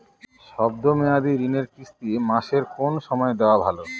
শব্দ মেয়াদি ঋণের কিস্তি মাসের কোন সময় দেওয়া ভালো?